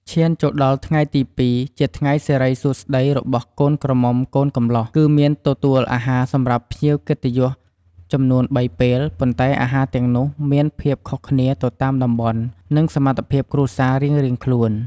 ឈានចូលដល់ថ្ងៃទី២ ជាថ្ងៃសិរិសួស្តីរបស់កូនក្រមុំកូនកំលោះគឺមានទទួលអាហារសម្រាប់ភ្ញៀវកិត្តិយសចំនួន៣ពេល ប៉ុន្តែអាហារទាំងនោះមានភាពខុសគ្នាទៅតាមតំបន់និងសមត្ថភាពគ្រួសាររៀងៗខ្លួន។